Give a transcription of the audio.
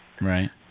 Right